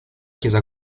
chiesa